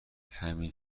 همین